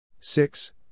Six